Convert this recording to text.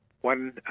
One